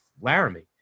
Laramie